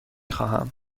خواهم